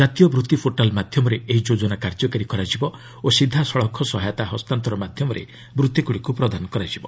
ଜାତୀୟ ବୃତ୍ତି ପୋର୍ଟାଲ୍ ମାଧ୍ୟମରେ ଏହି ଯୋଜନା କାର୍ଯ୍ୟକାରୀ କରାଯିବ ଓ ସିଧାସଳଖ ସହାୟତା ହସ୍ତାନ୍ତର ମାଧ୍ୟମରେ ବୃତ୍ତିଗୁଡ଼ିକୁ ପ୍ରଦାନ କରାଯିବ